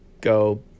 Go